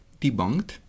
Debunked